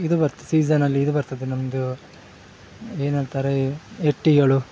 ಇದು ಬರ್ತದೆ ಸೀಸನಲ್ಲಿ ಇದು ಬರ್ತದೆ ನಮ್ಮದು ಏನಂತಾರೆ ಎಟ್ಟಿಗಳು